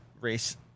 race